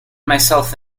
myself